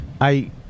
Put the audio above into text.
I-